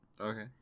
Okay